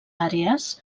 àrees